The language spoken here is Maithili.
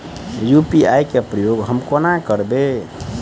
यु.पी.आई केँ प्रयोग हम कोना करबे?